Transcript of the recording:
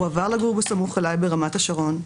הוא עבר לגור בסמוך אליי ברמת השרון,